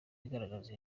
igaragaza